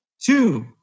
Two